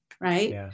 Right